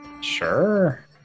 sure